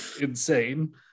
insane